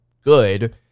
good